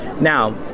Now